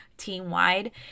team-wide